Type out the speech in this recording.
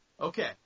Okay